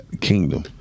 kingdom